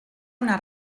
una